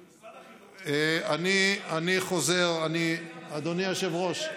משרד החינוך, אני חוזר, אדוני היושב-ראש,